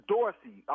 Dorsey